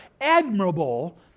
admirable